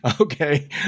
okay